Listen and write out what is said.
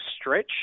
stretch